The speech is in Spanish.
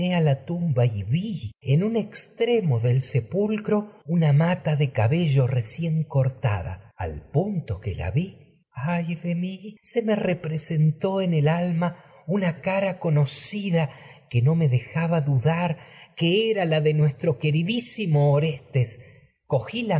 a la vi en extremo sepulcro mata de recién cortada al punto que la vi de mí se me representó en el alma una cara conocida era que no me dejaba dudar que y la de nuestro queridí en simo orestes cogí